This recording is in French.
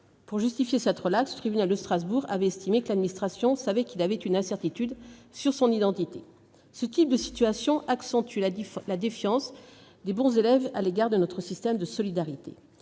que la sienne, le tribunal de Strasbourg ayant estimé que l'administration savait qu'une incertitude entourait son identité ... Ce type de situations accentue la défiance des bons élèves à l'égard de notre système de solidarité.